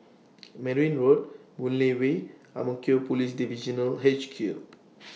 Merryn Road Boon Lay Way and Ang Mo Kio Police Divisional H Q